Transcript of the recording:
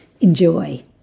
Enjoy